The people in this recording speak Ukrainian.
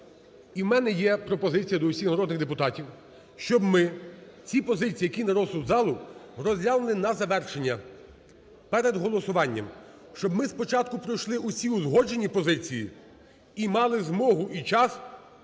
І у мене є пропозиція до всіх народних депутатів, щоб ми ці позиції, які на розсуд залу, розглянули на завершення перед голосуванням. Щоб ми спочатку пройшли всі узгоджені позиції і мали змогу і час